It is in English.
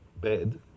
bed